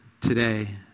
today